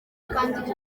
kandi